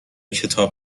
کتاب